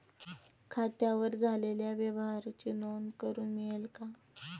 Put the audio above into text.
खात्यावर झालेल्या व्यवहाराची नोंद करून मिळेल का?